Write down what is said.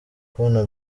kubona